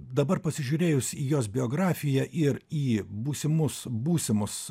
dabar pasižiūrėjus į jos biografiją ir į būsimus būsimus